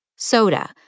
Soda